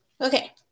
Okay